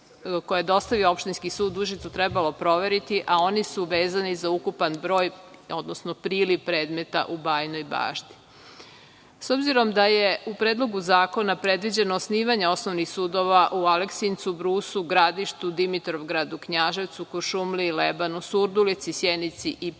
je dostavio opštinski sud u Užicu trebalo proveriti, a oni su vezani za ukupan broj, odnosno priliv predmeta u Bajinoj Bašti.S obzirom da je u Predlogu zakona predviđeno osnivanje osnovnih sudova u Aleksincu, Brusu, Gradištu, Dimitrovgradu, Knjaževcu, Kuršumliji, Lebanu, Surdulici, Sjenici i Priboju,